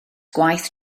gwaith